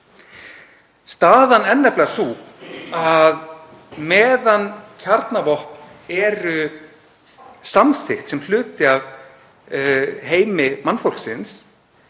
Staðan er nefnilega sú að meðan kjarnavopn eru samþykkt sem hluti af heimi mannfólksins